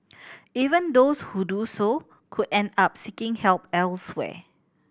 even those who do so could end up seeking help elsewhere